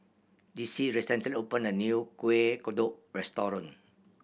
Dixie recently opened a new Kuih Kodok restaurant